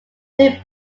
jin